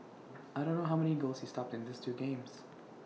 I don't know how many goals he stopped in this two games